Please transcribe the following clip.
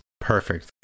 perfect